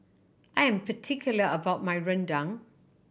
I'm particular about my rendang